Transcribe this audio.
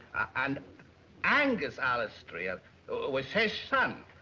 and angus alastair was his son.